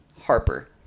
Harper